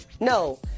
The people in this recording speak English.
no